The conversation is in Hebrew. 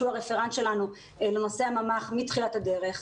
שהוא הרפרנט שלנו לנושא הממ"ח מתחילת הדרך.